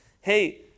Hey